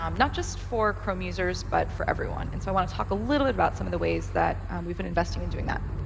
um not just for chrome users, but for everyone. and so i want to a little bit about some of the ways that we've been investing in doing that.